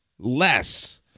Less